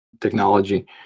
technology